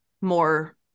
more